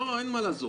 לא, אין מה לעזור.